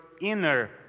inner